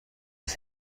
ist